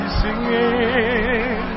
singing